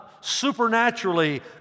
supernaturally